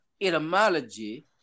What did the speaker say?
etymology